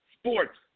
Sports